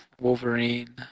Wolverine